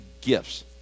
gifts